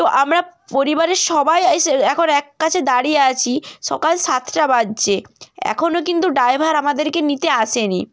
তো আমরা পরিবারে সবাই এসে এখন এক কাছে দাঁড়িয়ে আছি সকাল সাতটা বাজছে এখনো কিন্তু ড্রাইভার আমাদেরকে নিতে আসে নি